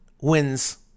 wins